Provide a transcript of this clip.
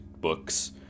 books